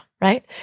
right